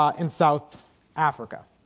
ah and south africa.